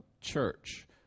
church